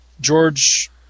George